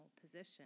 position